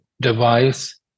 device